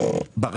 אני מדבר